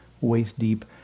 waist-deep